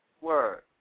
Word